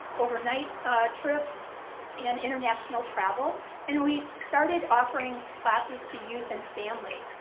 overnight trips and international travel and we started offering classes to youth and family.